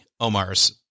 Omar's